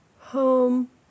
home